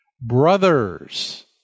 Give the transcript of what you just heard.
Brothers